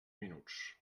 minuts